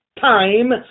time